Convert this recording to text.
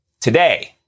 today